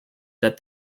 that